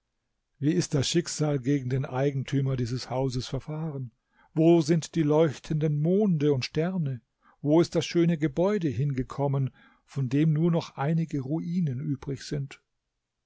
wie ist das schicksal gegen den eigentümer dieses hauses verfahren wo sind die leuchtenden monde und sterne wo ist das schöne gebäude hingekommen von dem nur noch einige ruinen übrig sind